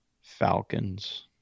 Falcons